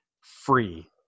free